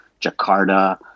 Jakarta